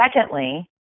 secondly